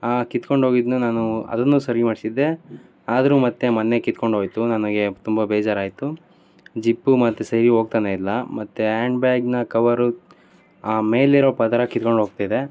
ಆ ಕಿತ್ಕೊಂಡು ಹೋಗಿದ್ನ ನಾನು ಅದನ್ನು ಸರಿ ಮಾಡಿಸಿದ್ದೆ ಆದ್ರೂ ಮತ್ತೆ ಮೊನ್ನೆ ಕಿತ್ಕೊಂಡು ಹೋಯ್ತು ನನಗೆ ತುಂಬ ಬೇಜಾರಾಯಿತು ಜಿಪ್ಪು ಮತ್ತೆ ಸರಿ ಹೋಗ್ತಾನೆ ಇಲ್ಲ ಮತ್ತೆ ಆ್ಯಂಡ್ ಬ್ಯಾಗಿನ ಕವರು ಆ ಮೇಲಿರೋ ಪದರ ಕಿತ್ಕೊಂಡು ಹೋಗ್ತಿದೆ